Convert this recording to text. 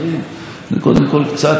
זה קודם כול קצת התפכחות.